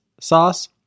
sauce